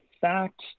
fact